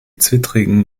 zwittrigen